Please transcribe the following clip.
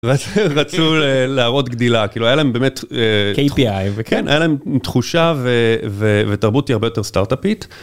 רצו להראות גדילה, כאילו היה להם באמת -KPI... -ו... כן, היה להם תחושה. ותרבות היא הרבה יותר סטארט-אפית.